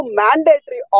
mandatory